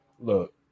Look